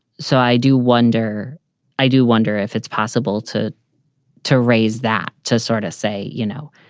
so i do wonder i do wonder if it's possible to to raise that, to sort of say, you know,